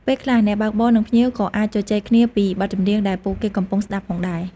ពេលខ្លះ អ្នកបើកបរនិងភ្ញៀវក៏អាចជជែកគ្នាពីបទចម្រៀងដែលពួកគេកំពុងស្តាប់ផងដែរ។